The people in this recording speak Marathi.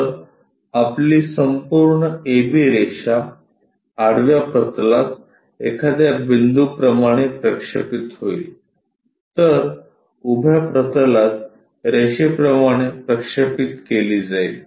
तर आपली संपूर्ण AB रेषा आडव्या प्रतलात एखाद्या बिंदू प्रमाणे प्रक्षेपित होईल तर उभ्या प्रतलात रेषेप्रमाणे प्रक्षेपित केली जाईल